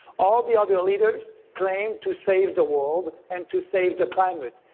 all the other leaders claim to save the world and to save the climate.